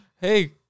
Hey